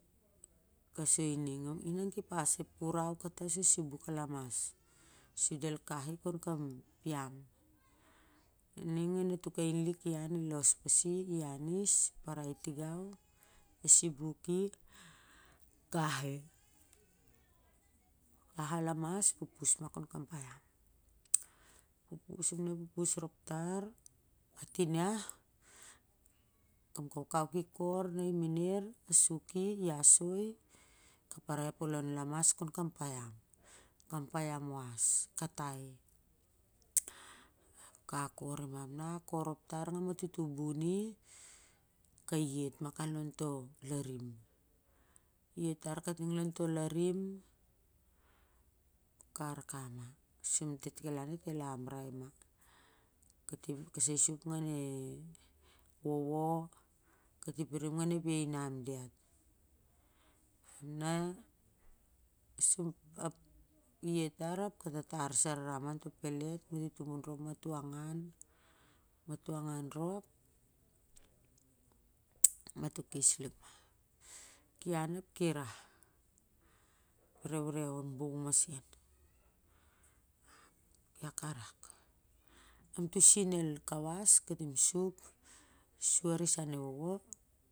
Ka soi ning inan kep pas ep kurau katasol sibuk a lamas su del kah i kon kam piam, ning a natuk ain lik i an i los pasi i is i parai tigau i sibuki i kah i, kah arop i pupus ma kon kam paiam pupur rop tar nakam kakau ki mener ias soi akes ma kam polon lamas kon kam piam wa ep katai. Ka akor ma na akor rop nga ma to tubuni ka yet ma kan lon to larim na yet rop kan lon toh larim ka arkam ma su di kol an ma diat el embrai ma kasai sup ngan e wowo katim pirim ngan ep iainap diat na yet rop tar ap a tatar sara ra ma onto pellet ap an ap ki rah rewrew ep bong masen ap ian ka rak am toh sin el kawas ma katim sup a risan e wowo